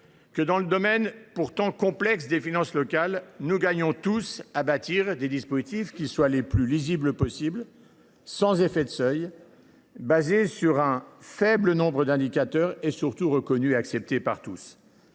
que, dans le domaine pourtant complexe des finances locales, nous gagnons tous à bâtir des dispositifs les plus lisibles possible, sans effet de seuil, fondés sur un faible nombre d’indicateurs et, surtout, reconnus et acceptés par tous.